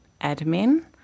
admin